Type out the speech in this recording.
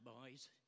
boys